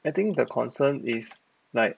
I think the concern is like